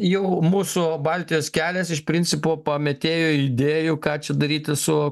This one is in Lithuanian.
jau mūsų baltijos kelias iš principo pametėjo idėjų ką čia daryti su